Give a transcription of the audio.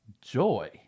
joy